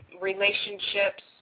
relationships